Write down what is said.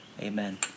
amen